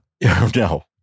No